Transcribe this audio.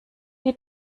die